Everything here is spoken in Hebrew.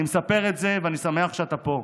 אני מספר את זה ואני שמח שאתה פה: